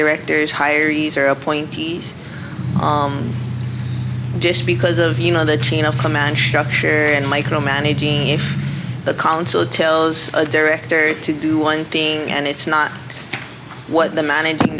directors hire easer appointees just because of you know the chain of command structure and micromanage the council tells a director to do one thing and it's not what the managing